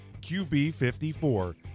QB54